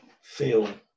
feel